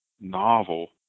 novel